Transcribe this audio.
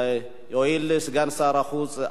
סגן שר החוץ,